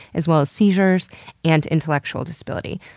as well as seizures and intellectual disability.